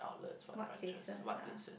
what places lah